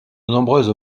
nombreuses